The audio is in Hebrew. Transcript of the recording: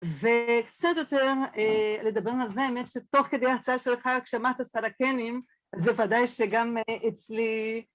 וקצת יותר אה... לדבר על זה. האמת שתוך כדי ההרצאה שלך כשאמרת סרקנים אז בוודאי שגם אצלי...